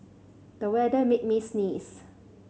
the weather made me sneeze